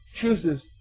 chooses